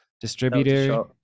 distributor